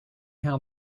how